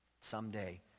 Someday